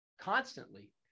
constantly